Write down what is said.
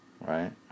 Right